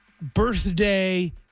birthday